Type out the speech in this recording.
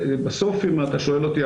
בסוף אם אתה שואל אותי,